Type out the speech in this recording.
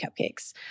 cupcakes